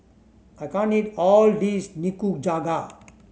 I can't eat all his Nikujaga